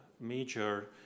major